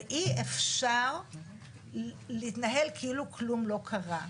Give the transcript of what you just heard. ואי-אפשר להתנהל כאילו כלום לא קרה.